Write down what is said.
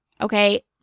okay